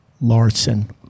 Larson